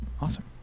Awesome